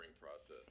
process